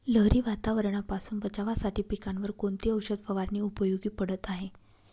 लहरी वातावरणापासून बचावासाठी पिकांवर कोणती औषध फवारणी उपयोगी पडत आहे?